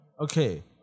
okay